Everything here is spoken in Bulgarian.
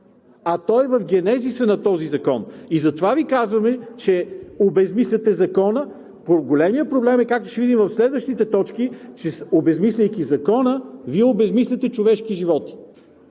а то е в генезиса на този закон. И затова Ви казваме, че обезсмисляте Закона, но големият проблем е, както ще видим в следващите точки, че обезсмисляйки Закона, Вие обезсмисляте човешки животи.